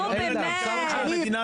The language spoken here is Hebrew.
נו באמת,